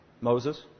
Moses